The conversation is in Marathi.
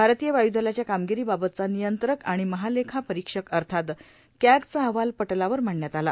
भारतीय वायुदलाच्या कामगिरीबाबतचा नियंत्रक आणि महालेखापरिक्षक अर्थात कॅगचा अहवाल पटलावर मांडण्यात आला